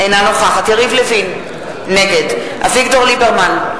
אינה נוכחת יריב לוין, נגד אביגדור ליברמן,